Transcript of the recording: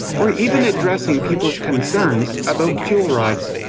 or even addressing people's concerns about fuel rods.